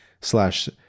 slash